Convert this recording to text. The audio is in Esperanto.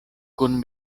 kun